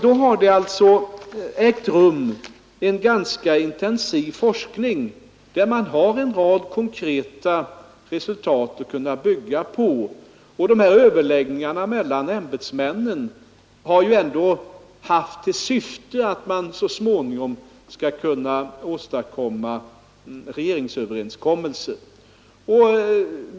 Det har ju också redan ägt rum en ganska intensiv forskning, som givit en rad konkreta resultat. Och överläggningarna mellan ämbetsmännen har ändå haft till syfte att man så småningom skulle kunna träffa regeringsöverenskommelser.